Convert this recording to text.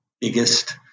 biggest